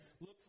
look